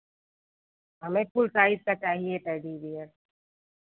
हमें full size का चाहिए टेडी बियर